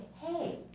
Hey